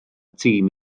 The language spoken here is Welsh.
tîm